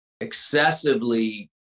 excessively